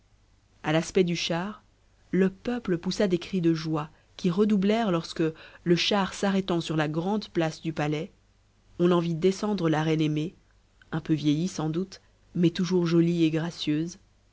a l'aspect du char le peuple poussa des cris de joie qui redoublèrent lorsque le char s'arrètant sur la grande place du palais on en vit descendre la reine aimée un peu vieillie sans doute mais toujours jolie et gracieuse